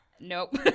Nope